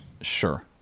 Sure